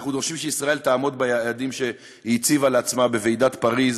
אנחנו דורשים שישראל תעמוד ביעדים שהיא הציבה לעצמה בוועידת פריז.